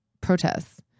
protests